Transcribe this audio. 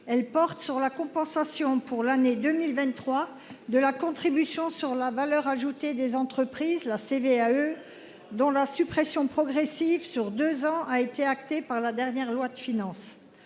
Elle porte sur la compensation pour l'année 2023 de la contribution sur la valeur ajoutée des entreprises, la CVAE dont la suppression progressive sur 2 ans, a été acté par la dernière loi de finance